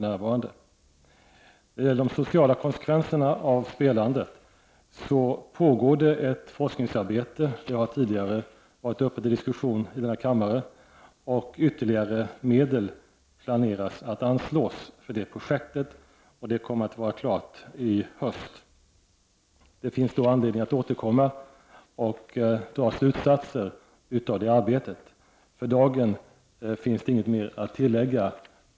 När det gäller de sociala konsekvenserna av spelandet pågår det ett forskningsarbete, vilket tidigare har varit uppe till diskussion i denna kammare, och det finns planer på att anslå ytterligare medel till detta projekt, som kommer att vara klart i höst. Det finns anledning att då återkomma och dra slutsatser av detta arbete. För dagen finns det inget mer att tillägga.